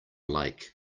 lake